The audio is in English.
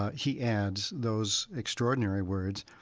he adds those extraordinary words,